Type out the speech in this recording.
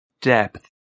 Depth